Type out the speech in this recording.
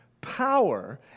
power